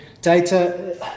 Data